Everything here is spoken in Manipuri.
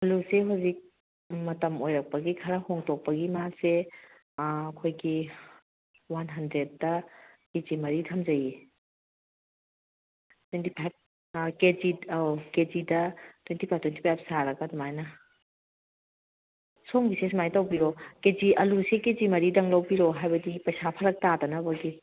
ꯑꯂꯨꯁꯤ ꯍꯧꯖꯤꯛ ꯃꯇꯝ ꯑꯣꯏꯔꯛꯄꯒꯤ ꯈꯔ ꯍꯣꯡꯇꯣꯛꯄꯒꯤ ꯃꯥꯁꯦ ꯑꯩꯈꯣꯏꯒꯤ ꯋꯥꯟ ꯍꯟꯗ꯭ꯔꯦꯠꯇ ꯀꯦ ꯖꯤ ꯃꯔꯤ ꯊꯝꯖꯩꯌꯦ ꯇ꯭ꯋꯦꯟꯇꯤ ꯐꯥꯏꯚ ꯀꯦ ꯖꯤ ꯑꯥꯎ ꯀꯦ ꯖꯤꯗ ꯇ꯭ꯋꯦꯟꯇꯤ ꯐꯥꯏꯚ ꯇ꯭ꯋꯦꯟꯇꯤ ꯐꯥꯏꯚ ꯁꯥꯔꯒ ꯑꯗꯨꯃꯥꯏꯅ ꯁꯣꯝꯒꯤꯁꯦ ꯁꯨꯃꯥꯏꯅ ꯇꯧꯕꯤꯔꯣ ꯀꯦ ꯖꯤ ꯑꯂꯨꯁꯦ ꯀꯦ ꯖꯤ ꯃꯔꯤꯗꯪ ꯂꯧꯕꯤꯔꯣ ꯍꯥꯏꯕꯗꯤ ꯄꯩꯁꯥ ꯐꯔꯛ ꯇꯥꯗꯅꯕꯒꯤ